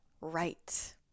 right